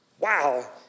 wow